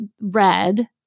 red